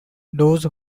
those